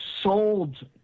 sold